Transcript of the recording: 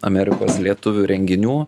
amerikos lietuvių renginių